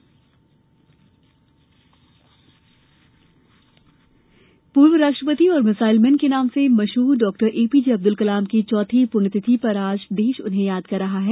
कलाम पुण्यतिथि पूर्व राष्ट्रपति और मिसाइलमैन के नाम से मशहूर डॉ एपीजे अब्दुल कलाम की चौथी पुण्यतिथि पर देश उन्हें याद कर रहा है